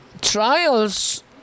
trials